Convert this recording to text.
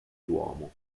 duomo